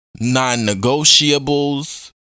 non-negotiables